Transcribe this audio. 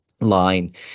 line